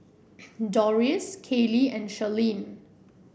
Dorris Kaylie and Charline